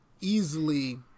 easily